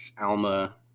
Alma